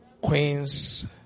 Queens